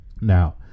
Now